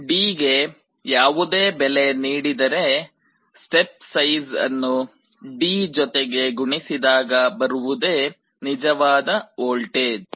D ಗೆ ಯಾವುದೇ ಬೆಲೆ ನೀಡಿದರೆ ಸ್ಟೆಪ್ ಸೈಜ್ ಅನ್ನು D ಜೊತೆ ಗುಣಿಸಿದಾಗ ಬರುವುದೇ ನಿಜವಾದ ವೋಲ್ಟೇಜ್